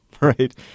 Right